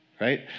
right